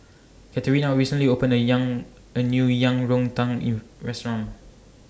Katerina recently opened A Yang A New Yang Rou Tang in Restaurant